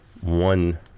one